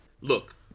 Look